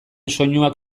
soinuak